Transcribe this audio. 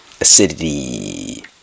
Acidity